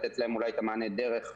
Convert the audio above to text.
לתת להם אולי את המענה דרך,